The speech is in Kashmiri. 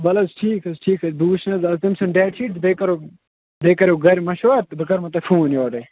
وَل حظ ٹھیٖک حظ ٹھیٖک حظ بہٕ وُچھنہٕ حظ اگر تٔمۍ سُنٛد ڈیٚٹ شیٖٹ بیٚیہِ کَرو بیٚیہِ کَرو گَرِ مَشوَر تہٕ بہٕ کَرہو تۅہہِ فون یورے